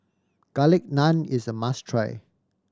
Garlic Naan is a must try